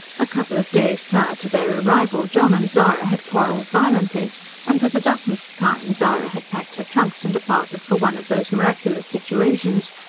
a couple of days prior to their arrival, john and zara had quarrelled violently and for the dozenth time zara had packed her trunks and departed for one of those miraculous situations,